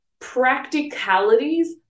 practicalities